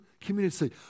community